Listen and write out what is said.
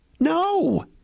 No